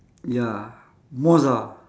ya most ah